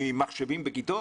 ממחשבים בכיתות?